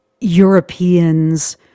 Europeans